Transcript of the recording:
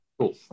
Cool